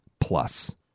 Plus